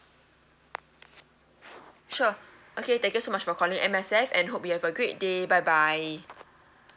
sure okay thank you so much for calling M_S_F and hope you have a great day bye bye